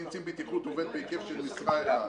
אם קצין בטיחות עובד בהיקף של משרה מלאה,